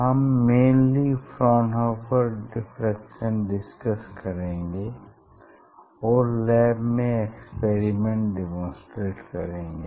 हम mainly Fraunhofer diffraction discuss करेंगे और लैब में एक्सपेरिमेंट डेमोंस्ट्रेट करेंगे